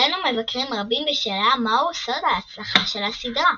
דנו מבקרים רבים בשאלה מהו סוד ההצלחה של הסדרה.